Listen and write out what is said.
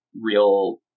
real